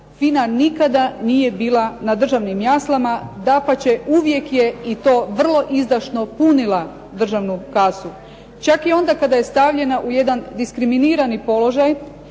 FINA nikada nije bila na državnim jaslama, dapače uvijek je vrlo izdašno punila državnu kasu. Čak i onda kada je stavljena u jedan diskriminirani položaj,